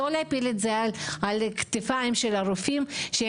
לא להפיל את זה על הכתפיים של הרופאים שהם